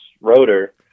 rotor